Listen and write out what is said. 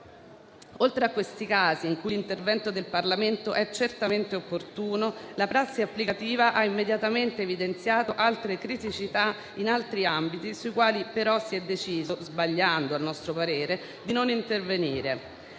Oltre a questi casi, in cui l'intervento del Parlamento è certamente opportuno, la prassi applicativa ha immediatamente evidenziato altre criticità in altri ambiti, sui quali però si è deciso - sbagliando a nostro parere - di non intervenire.